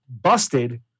busted